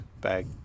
Bag